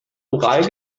ural